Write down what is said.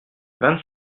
vingt